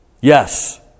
Yes